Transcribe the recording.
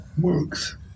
works